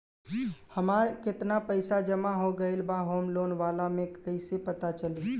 हमार केतना पईसा जमा हो गएल बा होम लोन वाला मे कइसे पता चली?